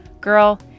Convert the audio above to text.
Girl